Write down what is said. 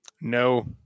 No